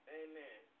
amen